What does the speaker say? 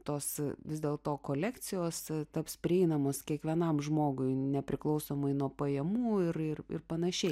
tos vis dėl to kolekcijos taps prieinamos kiekvienam žmogui nepriklausomai nuo pajamų ir ir ir panašiai